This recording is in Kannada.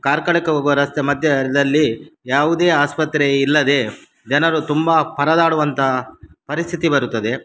ಕಾರ್ಕಳಕ್ಕೆ ಹೋಗುವ ರಸ್ತೆ ಮಧ್ಯದಲ್ಲಿ ಯಾವುದೇ ಆಸ್ಪತ್ರೆ ಇಲ್ಲದೆ ಜನರು ತುಂಬ ಪರದಾಡುವಂತಹ ಪರಿಸ್ಥಿತಿ ಬರುತ್ತದೆ